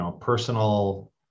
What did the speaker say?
personal